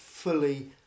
fully